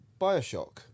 Bioshock